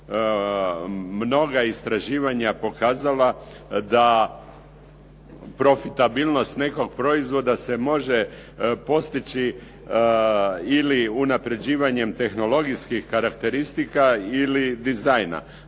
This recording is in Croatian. mnoga istraživanja pokazala da profitabilnost nekog proizvoda se može postići ili unaprjeđivanjem tehnologijskih karakteristika ili dizajna,